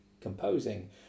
composing